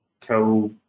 co